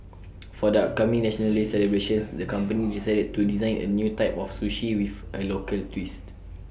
for the upcoming National Day celebrations the company decided to design A new type of sushi with A local twist